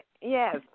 Yes